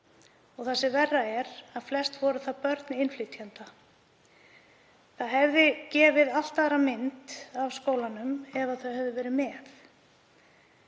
og það sem verra er að flest voru það börn innflytjenda. Það hefði gefið allt aðra mynd af skólanum ef þau hefðu verið með.